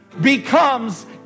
becomes